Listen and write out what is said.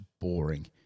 boring